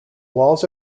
walls